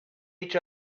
each